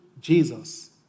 Jesus